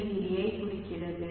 20 ஐ குறிக்கிறது